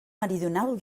meridional